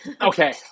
Okay